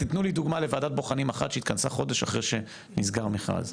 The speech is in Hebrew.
תנו לי דוגמה של ועדת בוחנים אחת שהתכנסה חודש אחרי שנסגר המכרז.